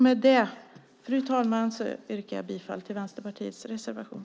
Med det, fru talman, yrkar jag bifall till Vänsterpartiets reservation.